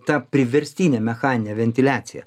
ta priverstinė mechaninė ventiliacija